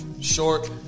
Short